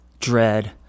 dread